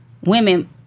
women